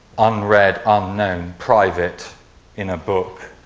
unread, unknown private in a book,